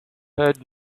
heard